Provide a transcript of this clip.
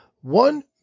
one